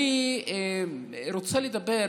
אני רוצה לדבר